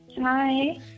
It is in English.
Hi